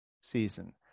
season